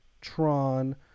tron